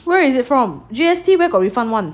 where is he from G_S_T where got refund [one]